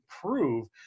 prove